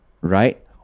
right